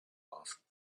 asked